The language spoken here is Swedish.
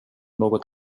något